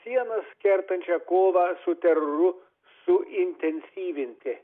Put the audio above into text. sienas kertančią kovą su teroru suintensyvinti